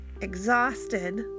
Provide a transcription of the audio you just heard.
exhausted